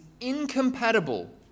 incompatible